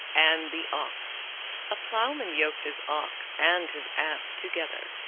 and the ox a ploughman yoked his ox and his ass together,